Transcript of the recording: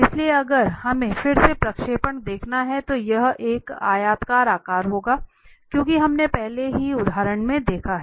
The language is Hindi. इसलिए अगर हमें फिर से प्रक्षेपण देखना है तो यह एक आयताकार आकार होगा क्योंकि हमने पहले ही पहले उदाहरण में देखा है